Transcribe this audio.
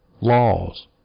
laws